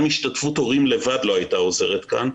גם השתתפות הורים לבד לא הייתה עוזרת כאן,